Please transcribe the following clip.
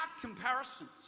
comparisons